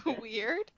weird